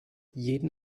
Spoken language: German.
jeden